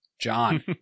John